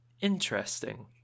interesting